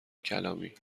کلامی